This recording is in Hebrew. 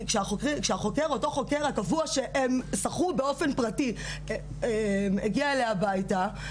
כשאותו חוקר הקבוע שהם שכרו באופן פרטי הגיע אליה הביתה,